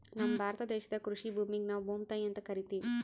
ನಮ್ ಭಾರತ ದೇಶದಾಗ್ ಕೃಷಿ ಭೂಮಿಗ್ ನಾವ್ ಭೂಮ್ತಾಯಿ ಅಂತಾ ಕರಿತಿವ್